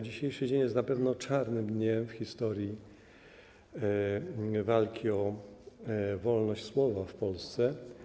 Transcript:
Dzisiejszy dzień jest na pewno czarnym dniem w historii walki o wolność słowa w Polsce.